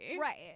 Right